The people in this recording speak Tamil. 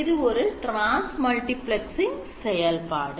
இது ஒரு Transmultiplexing செயல்பாடு